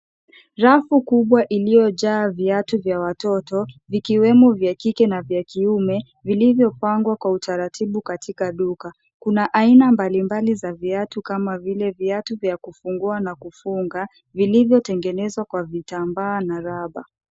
Rafu kubwa iliyo jaa viatu vya watoto vikiwemo vya kike na vya kiume vilivyo pangwa kwa utaratibu katika duka. Kuna aina mbali mbali za viatu kama vile viatu vya kufungua na kufunga vilvyo tengenezwa kwa vitambaa na rubber .